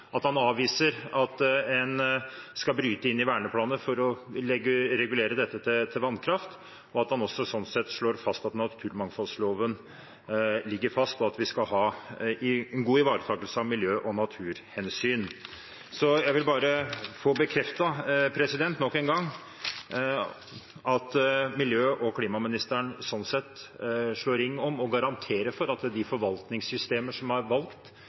at han avviser at en skal bryte inn i verneplaner for å regulere til vannkraft, at han sånn sett også slår fast at naturmangfoldloven ligger fast, og at vi skal ha en god ivaretagelse av miljø- og naturhensyn. Jeg vil bare få bekreftet nok en gang at klima- og miljøministeren slår ring om og garanterer for at de forvaltningssystemer som er valgt, med tanke på natur, konsekvensutredninger og planer, blir videreført helt og fullt under dagens regjering. De forvaltningssystemer som er